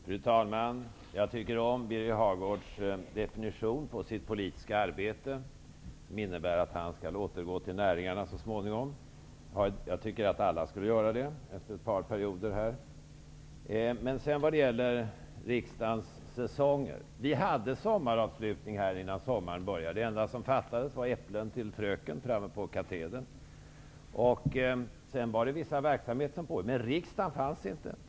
Fru talman! Jag tycker om Birger Hagårds definition på sitt politiska arbete. Det innebär att han skall återgå till näringarna så småningom. Jag tycker att alla skulle göra det efter ett par perioder här. När det sedan gäller riksdagens säsonger vill jag säga att vi hade sommaravslutning innan sommaren började. Det enda som fattades var äpplen till fröken framme på katedern. Sedan fanns det vissa verksamheter som pågick, men riksdagen fanns inte.